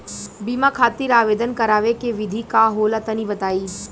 बीमा खातिर आवेदन करावे के विधि का होला तनि बताईं?